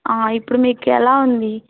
ఇప్పుడు మీకెలా ఉంది